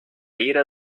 ira